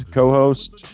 co-host